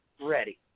ready